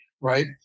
right